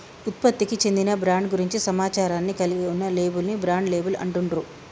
ఉత్పత్తికి చెందిన బ్రాండ్ గురించి సమాచారాన్ని కలిగి ఉన్న లేబుల్ ని బ్రాండ్ లేబుల్ అంటుండ్రు